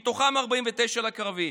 מתוכם 49% לקרבי,